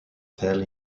fell